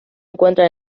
encuentra